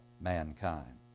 mankind